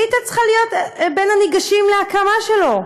שהיא הייתה צריכה להיות בין הניגשים להקמה שלו,